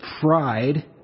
pride